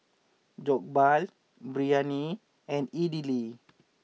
Jokbal Biryani and Idili